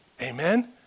amen